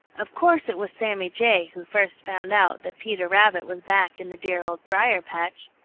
of course it was sammy jay who first found out that peter rabbit was back in the dear old briar-patch.